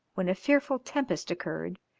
when a fearful tempest occurred,